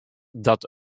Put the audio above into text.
dat